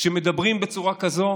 שמדברים בצורה כזו